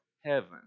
heaven